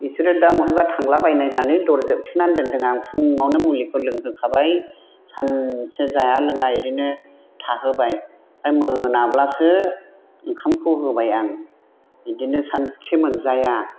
बेसोरो दा महयबा थांला बायनाय होननानै दर जोबथेनानै दोनदों आं फुङावनो मुलिखौ लोंहो खाबाय सानसे जाया लोङा एरैनो थाहोबाय आमफ्राय मोनाब्लासो ओंखामखौ होबाय आं बेदिनो सानसे मोनजाया